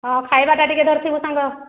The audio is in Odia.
ହେଉ ଖାଇବା ଟା ଟିକିଏ ଧରିଥିବୁ ସାଙ୍ଗ